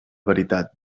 veritat